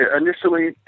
initially